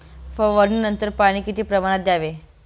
फवारणीनंतर पाणी किती प्रमाणात द्यावे?